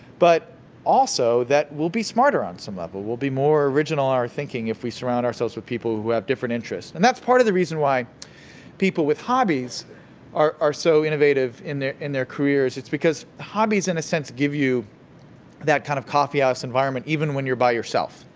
but also, that will be smarter on some level. we'll be more original in our thinking if we surround ourselves with people who have different interests. and that's part of the reason why people with hobbies are so innovative in their in their careers it's because hobbies, in a sense, give you that kind of coffeehouse environment, even when you're by yourself,